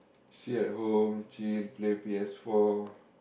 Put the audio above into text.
sit at home chill play P_S-four